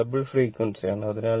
ഇത് double frequency ആണ്